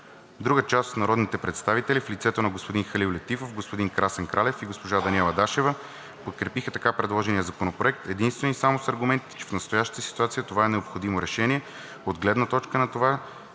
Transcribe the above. Друга част от народните представители, в лицето на господин Халил Летифов, господин Красен Кралев и госпожа Даниела Дашева подкрепиха така предложения законопроект единствено и само с аргументите, че в настоящата ситуация това е необходимото решение от гледна точка на това,